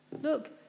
Look